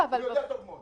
הוא יודע טוב מאוד.